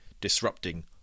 disrupting